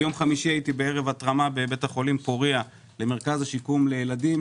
ביום חמישי הייתי בערב התרמה בבית החולים פוריה למרכז השיקום לילדים,